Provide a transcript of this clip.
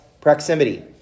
Proximity